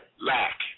Lack